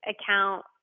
account